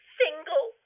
single